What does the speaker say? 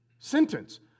sentence